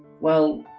well,